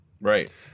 right